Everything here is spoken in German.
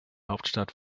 hauptstadt